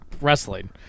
wrestling